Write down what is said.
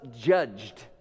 judged